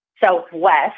southwest